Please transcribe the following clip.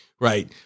right